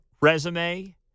resume